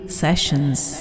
sessions